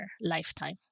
lifetime